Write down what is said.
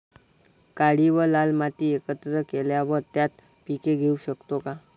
काळी व लाल माती एकत्र केल्यावर त्यात पीक घेऊ शकतो का?